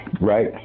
Right